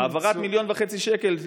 העברת 1.5 מיליון שקל,